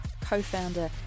co-founder